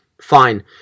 fine